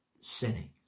sinning